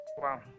Wow